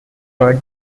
per